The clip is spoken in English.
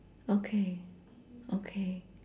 okay okay